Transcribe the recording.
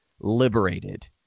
liberated